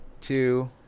two